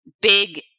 big